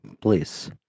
please